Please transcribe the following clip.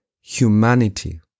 humanity